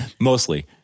mostly